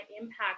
impact